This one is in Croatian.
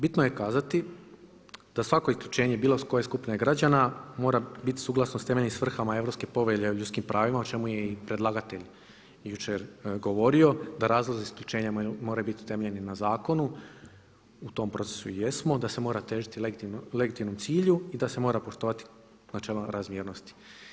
Bitno je kazati da svako isključenje bilo koje skupine građana mora biti suglasno sa temeljnim svrhama Europske povelje o ljudskim pravima o čemu je i predlagatelj jučer govorio da razlozi isključenja moraju biti temeljeni na zakonu, u tom procesu i jesmo, da se mora težiti legitimnom cilju i da se mora poštovati načelo razmjernosti.